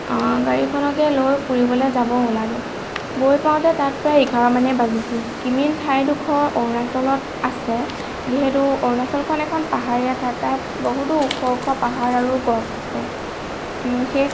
গাড়ীখনকে লৈ ফুৰিবলৈ যাব ওলালোঁ গৈ পাওঁতে তাত প্ৰায় এঘাৰ মানে বাজিছিল কিমিন ঠাইডোখৰ অৰুণাচলত আছে যিহেতু অৰুণাচলখন এখন পাহাৰীয়া ঠাই তাত বহুতো ওখ ওখ পাহাৰ আৰু গছ আছে